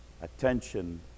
attention